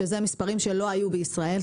שזה מספרים שלא היו בישראל.